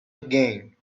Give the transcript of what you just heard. again